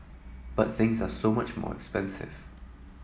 but things are so much more expensive